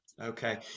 okay